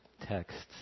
texts